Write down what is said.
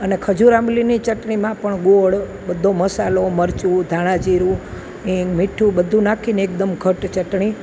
અને ખજૂર આંબલીની ચટણીમાં પણ ગોળ બધો મસાલો મરચું ધાણા જીરું હિંગ મીઠું બધું નાખીને એકદમ ઘટ્ટ ચટણી